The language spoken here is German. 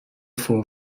vor